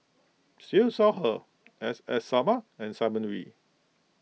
Siew Shaw Her S S Sarma and Simon Wee